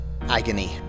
agony